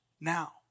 now